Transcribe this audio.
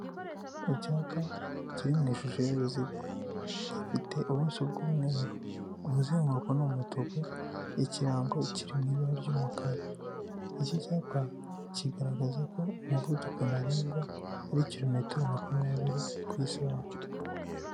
Icyapa kiri mu ishusho y'uruziga gifite ubuso bw'umweru, umuzenguruko ni umutuku, ikirango kiri mu ibara ry'umukara, iki cyapa kigaragaza ko umuvuduko ntarengwa ari kilometero makumyabiri ku isaha.